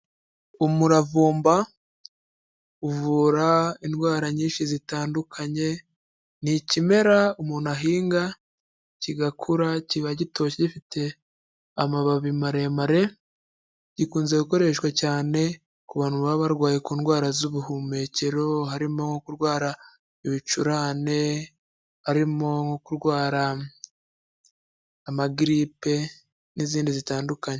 Umuravumba uvura indwara nyinshi zitandukanye, ni ikimera umuntu ahinga kigakura, kiba gitoshye gifite amababi maremare, gikunze gukoreshwa cyane ku bantu baba barwaye ku ndwara z'ubuhumekero, harimo nko kurwara ibicurane, harimo nko kurwara amagiripe n'izindi zitandukanye.